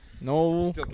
No